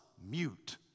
mute